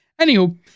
Anywho